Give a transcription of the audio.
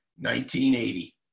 1980